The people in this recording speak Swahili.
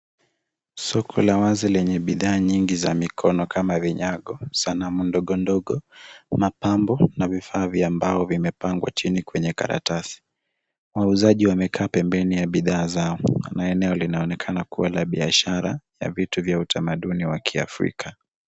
Soko la wazi lenye bidhaa nyingi za mikono kama vinyago, sanamu ndogondogo, mapambo na vifaa vya mbao vimepangwa chini kwenye karatasi. Wauzaji wamekaa pembeni ya bidhaa zao na eneo linaonekana kuwa la biashara ya vitu vya utamaduni wa Kiafrika.